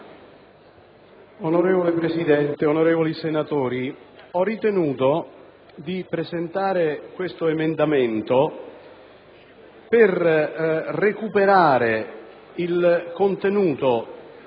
Signora Presidente, onorevoli senatori, ho ritenuto di presentare l'emendamento 1.2 per recuperare il contenuto